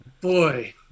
Boy